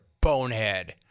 bonehead